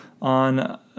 on